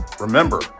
Remember